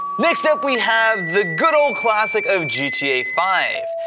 next up, we have the good old classic of gta five.